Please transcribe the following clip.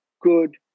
good